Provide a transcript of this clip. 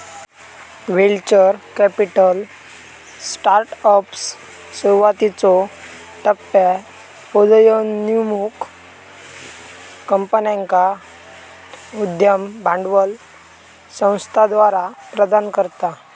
venture capital startups, सुरुवातीच्यो टप्प्यात उदयोन्मुख कंपन्यांका उद्यम भांडवल संस्थाद्वारा प्रदान करता